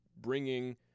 bringing